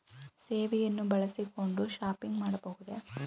ಸೇವೆಯನ್ನು ಬಳಸಿಕೊಂಡು ಶಾಪಿಂಗ್ ಮಾಡಬಹುದೇ?